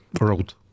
road